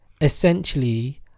essentially